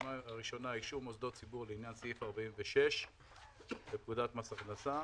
רשימה לאישור מוסדות ציבור לעניין סעיף 46 לפקודת מס הכנסה,